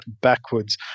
backwards